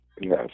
Yes